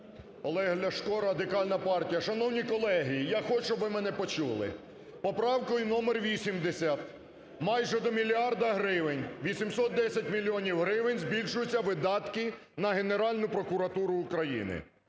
Олег Ляшко, Радикальна партія. Шановні колеги, я хочу, щоб ви мене почули. Поправкою номер 80 майже до мільярда гривень – 810 мільйонів гривень збільшуються видатки на Генеральну прокуратуру України.